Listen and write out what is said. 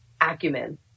acumen